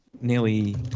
nearly –